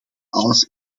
alles